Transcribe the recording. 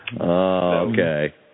Okay